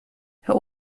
herr